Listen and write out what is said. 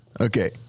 Okay